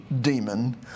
demon